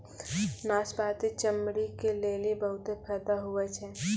नाशपती चमड़ी के लेली बहुते फैदा हुवै छै